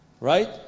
Right